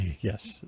Yes